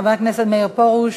חבר הכנסת מאיר פרוש,